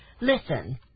Listen